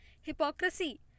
Hypocrisy